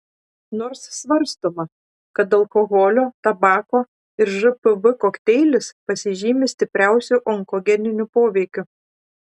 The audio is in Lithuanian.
nors svarstoma kad alkoholio tabako ir žpv kokteilis pasižymi stipriausiu onkogeniniu poveikiu